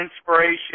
inspiration